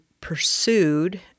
pursued